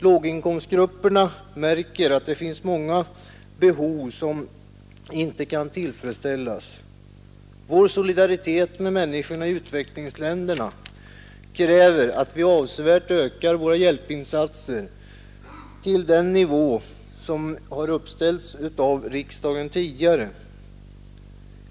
Låginkomstgrupperna märker att många behov inte kan tillfredsställas, Vår solidaritet med människorna i utvecklingsländerna kräver också att vi avsevärt ökar våra hjälpinsatser till den nivå som tidigare beställts av riksdagen.